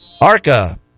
Arca